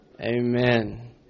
Amen